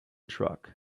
truck